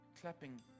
clapping